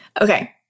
okay